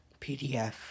PDF